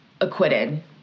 acquitted